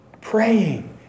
praying